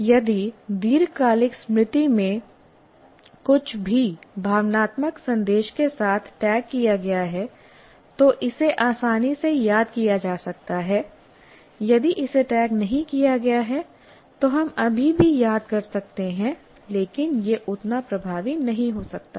यदि दीर्घकालिक स्मृति में कुछ भी भावनात्मक संदेश के साथ टैग किया गया है तो इसे आसानी से याद किया जा सकता है यदि इसे टैग नहीं किया गया है तो हम अभी भी याद कर सकते हैं लेकिन यह उतना प्रभावी नहीं हो सकता है